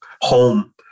home